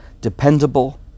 dependable